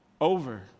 over